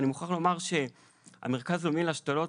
אני מוכרח לומר שהמרכז הלאומי להשתלות